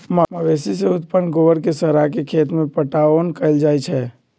मवेशी से उत्पन्न गोबर के सड़ा के खेत में पटाओन कएल जाइ छइ